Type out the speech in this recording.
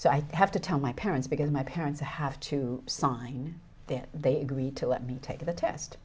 thought have to tell my parents because my parents have to sign their they agreed to let me take the test